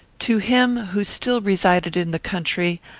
to him, who still resided in the country,